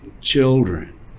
children